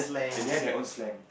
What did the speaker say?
and they have their own slang